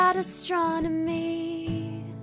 astronomy